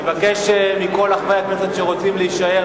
אני מבקש מכל חברי הכנסת שרוצים להישאר,